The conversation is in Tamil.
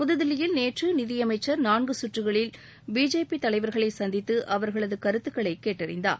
புதுதில்லியில் நேற்று நிதி அமைச்சர் நான்கு கற்றுகளில் பிஜேபி தலைவர்களை சந்தித்து அவர்களது கருத்துகளை கேட்டறிந்தார்